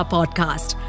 Podcast